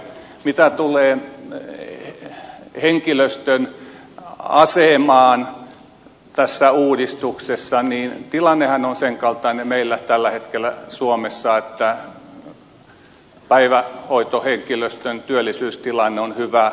mitä tulee henkilöstön asemaan tässä uudistuksessa niin tilannehan on sen kaltainen meillä tällä hetkellä suomessa että päivähoitohenkilöstön työllisyystilanne on hyvä